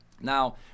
Now